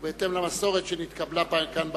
ובהתאם למסורת שנתקבלה כאן בכנסת,